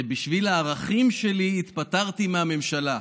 בשביל הערכים שלי התפטרתי מהממשלה.